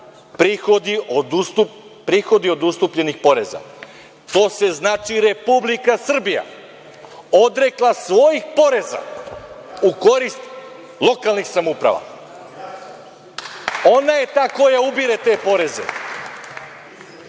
Prihodi od ustupljenih poreza. To se, znači, Republika Srbija odrekla svojih poreza u korist lokalnih samouprava. Ona je ta koja ubire te poreze,